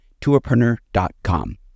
tourpreneur.com